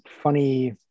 funny